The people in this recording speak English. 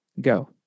go